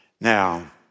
Now